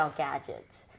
gadgets 。